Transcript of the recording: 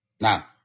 Now